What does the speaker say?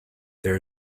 there